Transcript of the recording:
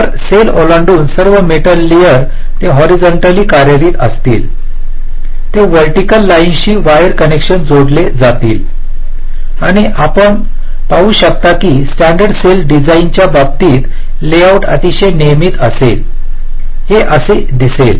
तर सेल ओलांडून सर्व मेटल लेयर ते हॉरिझंटल्य कार्यरत असतील ते व्हर्टिकल लाईनशी वायर कनेक्शन जोडले जातील आणि आपण पाहू शकता की स्टॅण्डर्ड सेल डिझाइनच्या बाबतीत लेआउट अतिशय नियमित असेल हे असे दिसेल